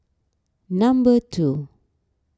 number two